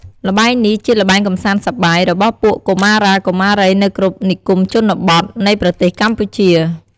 ល្បែងនេះ ជាល្បែងកំសាន្តសប្បាយ របស់ពួកកុមារាកុមារីនៅគ្រប់និគមជនបទ នៃប្រទេស កម្ពុជា ។